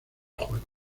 juego